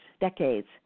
decades